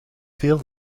veel